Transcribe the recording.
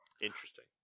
Interesting